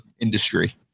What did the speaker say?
industry